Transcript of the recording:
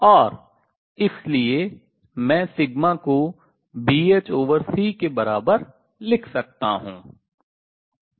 और इसलिए मैं सिग्मा को Bhc के बराबर लिख सकता हूँ